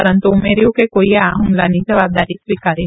પરંતુ ઉમેર્ચુ કે કોઈએ આ હુમલાની વાબદારી સ્વીકારી નથી